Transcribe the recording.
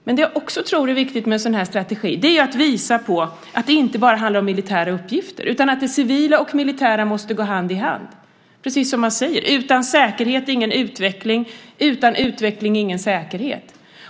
Men det jag också tror är viktigt med en sådan här strategi är att visa att det inte bara handlar om militära uppgifter utan att det civila och det militära måste gå hand i hand, precis som man säger: utan säkerhet ingen utveckling - utan utveckling ingen säkerhet.